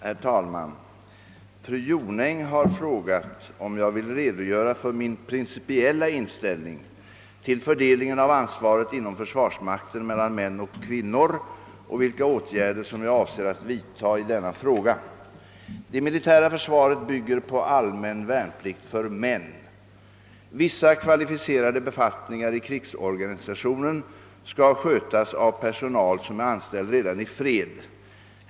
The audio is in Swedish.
Herr talman! Fru Jonäng har frågat om jag vill redogöra för min principiella inställning till fördelningen av ansvaret inom försvarsmakten mellan män och kvinnor och vilka åtgärder jag avser att vidta i denna fråga. Det militära försvaret bygger på allmän värnplikt för män. Vissa kvalificerade befattningar i krigsorganisationen skall skötas av personal som är anställd redan i fred.